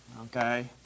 okay